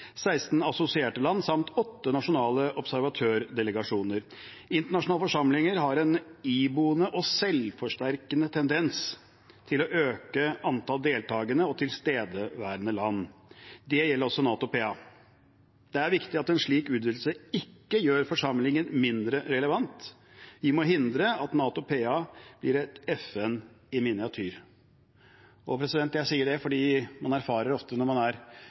16 assosierte land samt 8 nasjonale observatørdelegasjoner. Internasjonale forsamlinger har en iboende og selvforsterkende tendens til å øke antall deltakende og tilstedeværende land. Det gjelder også NATO PA. Det er viktig at en slik utvidelse ikke gjør forsamlingen mindre relevant. Vi må hindre at NATO PA blir et FN i miniatyr. Jeg sier det, for når man er i NATO PA, erfarer man ofte at land man